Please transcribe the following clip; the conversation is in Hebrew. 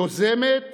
יוזמת